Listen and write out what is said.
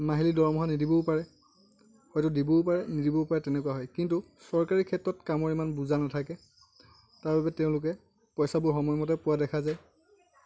মাহিলী দৰমহা নিদিবও পাৰে হয়তো দিবও পাৰে নিদিবও পাৰে তেনেকুৱা হয় কিন্তু চৰকাৰী ক্ষেত্ৰত কামৰ ইমান বোজা নাথাকে তাৰবাবে তেওঁলোকে পইচাটো সময়মতে পোৱা দেখা যায়